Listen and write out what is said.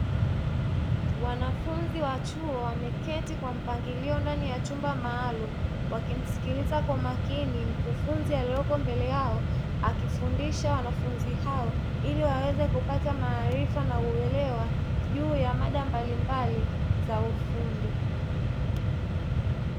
Wanafunzi wa chuo wameketi ndani ya chumba maalumu wakimsikiliza kwa makini mkufunzi aliyepo mbele yao akifundisha wanafunzi hao ili waweze kupata maarifa na uelewa juu ya mada mbalimbali za ufundi.